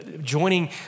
joining